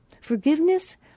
Forgiveness